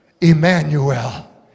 Emmanuel